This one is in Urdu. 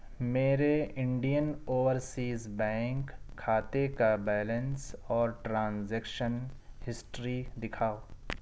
میرے انڈین اوورسیز بینک کھاتے کا بیلنس اور ٹرانزیکشن ہسٹری دکھاؤ